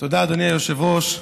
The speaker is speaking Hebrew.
אדוני היושב-ראש.